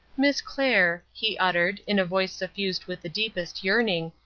miss clair, he uttered, in a voice suffused with the deepest yearning,